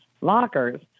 lockers